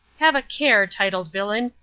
have a care, titled villain,